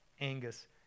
Angus